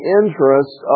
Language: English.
interest